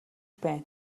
байна